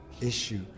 issue